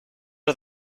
are